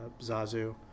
Zazu